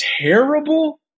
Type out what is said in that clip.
terrible